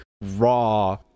raw